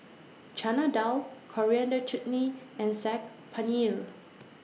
Chana Dal Coriander Chutney and Saag Paneer